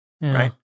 Right